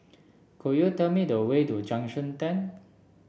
could you tell me the way to Junction Ten